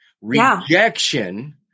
Rejection